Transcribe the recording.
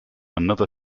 another